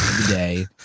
today